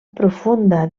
profunda